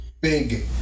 big